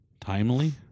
Timely